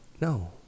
No